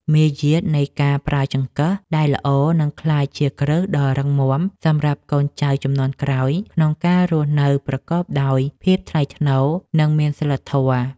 មារយាទនៃការប្រើចង្កឹះដែលល្អនឹងក្លាយជាគ្រឹះដ៏រឹងមាំសម្រាប់កូនចៅជំនាន់ក្រោយក្នុងការរស់នៅប្រកបដោយភាពថ្លៃថ្នូរនិងមានសីលធម៌។